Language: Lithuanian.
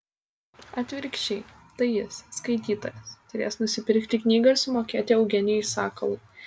atvirkščiai tai jis skaitytojas turės nusipirkti knygą ir sumokėti eugenijui sakalui